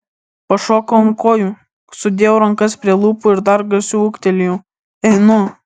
pašokau ant kojų sudėjau rankas prie lūpų ir dar garsiau ūktelėjau einu